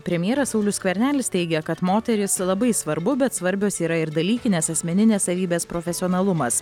premjeras saulius skvernelis teigia kad moterys labai svarbu bet svarbios yra ir dalykinės asmeninės savybės profesionalumas